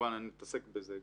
וכמובן אני מתעסק בזה גם,